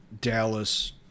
Dallas